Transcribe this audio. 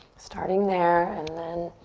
starting there and then